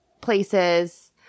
places